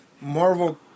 Marvel